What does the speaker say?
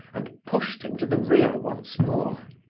and pushed him to the rear once more.